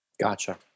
Gotcha